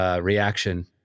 reaction